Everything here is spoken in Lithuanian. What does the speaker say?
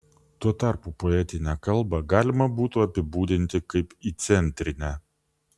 tuo tarpu poetinę kalbą galima būtų apibūdinti kaip įcentrinę